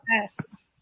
yes